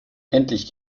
endlich